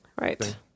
right